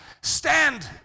Stand